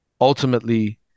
ultimately